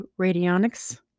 radionics